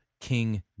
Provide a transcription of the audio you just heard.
King